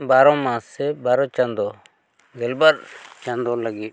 ᱵᱟᱨᱚᱢᱟᱥ ᱥᱮ ᱵᱟᱨᱚ ᱪᱟᱸᱫᱚ ᱜᱮᱞᱵᱟᱨ ᱪᱟᱸᱫᱚ ᱞᱟᱹᱜᱤᱫ